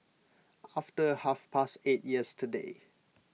after half past eight yesterday